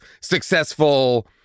successful